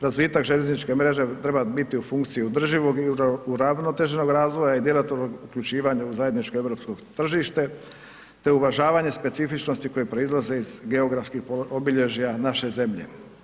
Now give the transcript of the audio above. Razvitak željezničke mreže treba biti u funkciji održivog i uravnoteženog razvoja i djelatno upućivanje u zajedničko europsko tržište te uvažavanje specifičnosti koje proizlaze iz geografskih obilježja naše zemlje.